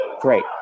great